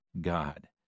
God